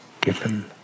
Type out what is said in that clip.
given